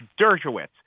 Dershowitz